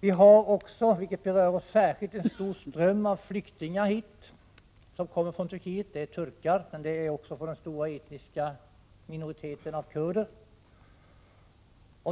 Vi har också — vilket berör oss särskilt — en stor ström av flyktingar som kommer från Turkiet. Det är turkar, men det är också människor från den stora etniska minoriteten av kurder.